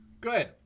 Good